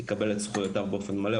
יקבל את זכויותיו באופן מלא,